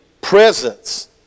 presence